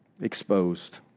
exposed